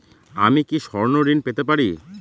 আমি কি স্বর্ণ ঋণ পেতে পারি?